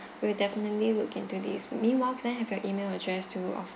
we'll definitely look into these meanwhile can I have your email address to of~